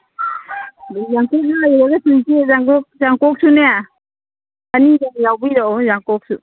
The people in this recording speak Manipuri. ꯌꯥꯡꯀꯣꯛ ꯌꯥꯡꯀꯣꯛꯁꯨꯅꯦ ꯑꯗꯤꯗꯪ ꯌꯥꯎꯕꯤꯔꯛꯑꯣ ꯌꯥꯡꯀꯣꯛꯁꯨ